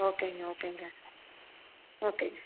ஓகேங்க ஓகேங்க ஓகே